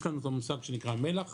יש לנו את המושג שנקרא מל"ח